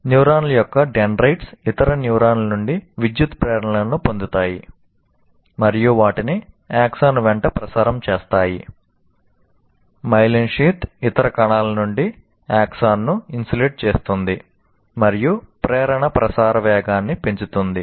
న్యూరాన్ల ఇతర కణాల నుండి ఆక్సాన్ను ఇన్సులేట్ చేస్తుంది మరియు ప్రేరణ ప్రసార వేగాన్ని పెంచుతుంది